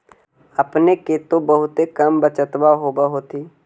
अपने के तो बहुते कम बचतबा होब होथिं?